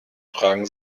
fragen